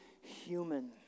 human